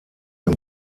den